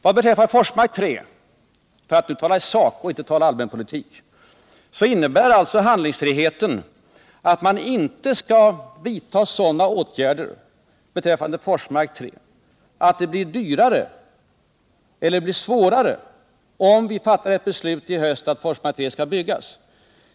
Vad beträffar Forsmark 3 — för att nu tala i sak och inte tala allmän politik — innebär alltså handlingsfriheten att man inte skall vidta sådana åtgärder att det blir dyrare eller svårare om vi fattar ett beslut i höst om att Forsmark 3 skall byggas.